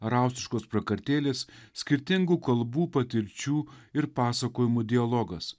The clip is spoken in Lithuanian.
ar austriškos prakartėlės skirtingų kalbų patirčių ir pasakojimų dialogas